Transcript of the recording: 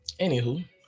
Anywho